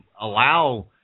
allow